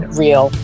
real